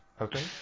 Okay